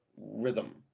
rhythm